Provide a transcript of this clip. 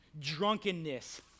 drunkenness